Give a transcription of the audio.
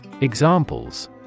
Examples